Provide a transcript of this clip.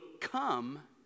come